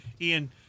Ian